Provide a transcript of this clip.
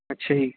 ਅੱਛਾ ਜੀ